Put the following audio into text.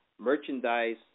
merchandise